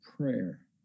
Prayer